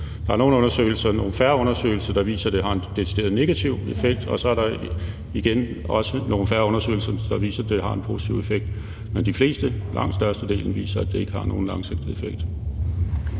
Der er nogle færre undersøgelser, der viser, at det har en decideret negativ effekt, og så er der igen også nogle færre undersøgelser, der viser, at det har en positiv effekt. Men de fleste, langt størstedelen, viser, at det ikke har nogen langsigtet effekt.